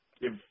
give